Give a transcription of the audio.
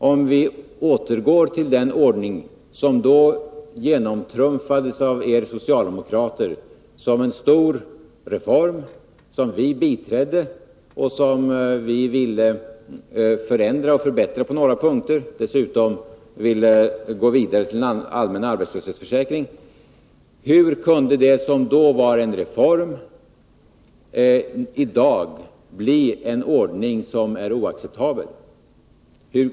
Om vi återgår till den ordning som då genomtrumfades av er socialdemokrater som en stor reform och som vi biträdde och ville förändra och förbättra på några punkter och dessutom ville gå vidare med till en allmän arbetslöshetsförsäkring — hur kan det i dag bli en ordning som är oacceptabel?